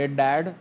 dad